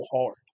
hard